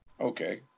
Okay